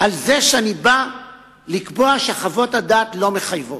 על זה שאני בא לקבוע שחוות הדעת לא מחייבות.